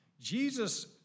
Jesus